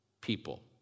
people